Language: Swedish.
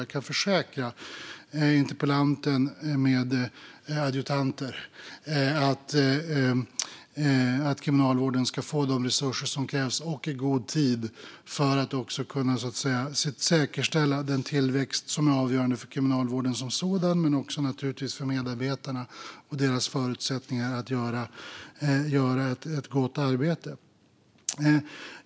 Jag kan försäkra interpellanten med adjutanter att Kriminalvården ska få de resurser som krävs, och det i god tid, för att kunna säkerställa den tillväxt som är avgörande för Kriminalvården som sådan men naturligtvis också för medarbetarna och deras förutsättningar att göra ett gott arbete.